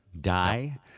die